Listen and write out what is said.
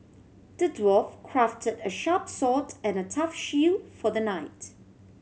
the dwarf crafted a sharp sword and a tough shield for the knight